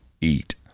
eat